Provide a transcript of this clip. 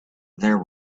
there